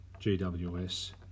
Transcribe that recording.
GWS